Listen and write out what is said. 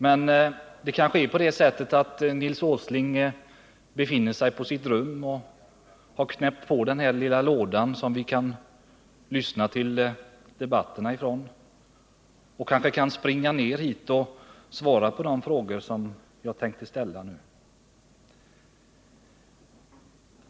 Men Nils Åsling befinner sig kanske på sitt rum och har knäppt på den lilla låda som gör att vi kan lyssna på debatterna. Kanske kan han springa ner och svara på de frågor jag nu tänkte ställa.